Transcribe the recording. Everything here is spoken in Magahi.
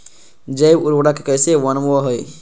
जैव उर्वरक कैसे वनवय हैय?